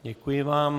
Děkuji vám.